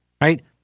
right